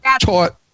taught